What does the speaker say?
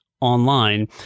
online